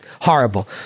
horrible